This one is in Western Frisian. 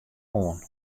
oan